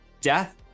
death